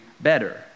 better